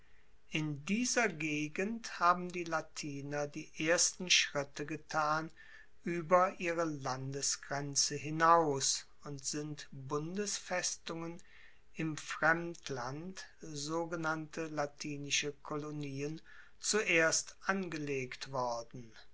in dieser gegend haben die latiner die ersten schritte getan ueber ihre landesgrenze hinaus und sind bundesfestungen im fremdland sogenannte latinische kolonien zuerst angelegt worden